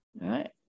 right